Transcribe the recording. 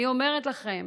אני אומרת לכם